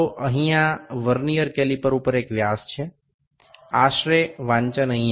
সুতরাং এখানে ভার্নিয়ার ক্যালিপারের একটি ব্যাস রয়েছে এখানে আনুমানিক পাঠ রয়েছে